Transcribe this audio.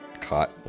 caught